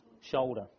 shoulder